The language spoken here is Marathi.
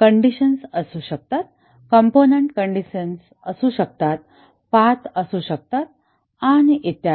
कंडिशन असू शकतात कॉम्पोनन्ट कंडिशन असू शकतात पाथ असू शकतात आणि इत्यादी